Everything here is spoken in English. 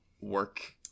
work